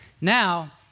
Now